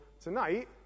tonight